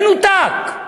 מנותק.